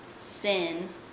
sin